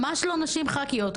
ממש לא נשים ח"כיות,